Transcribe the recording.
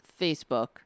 Facebook